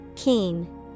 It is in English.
Keen